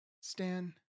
Stan